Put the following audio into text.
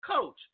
coach